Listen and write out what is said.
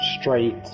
straight